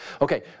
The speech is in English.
Okay